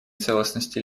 целостности